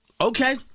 Okay